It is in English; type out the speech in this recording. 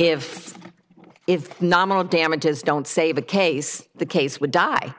if nominal damages don't save a case the case would die